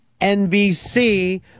NBC